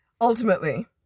ultimately